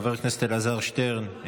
חבר הכנסת אלעזר שטרן,